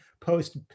post